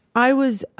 i was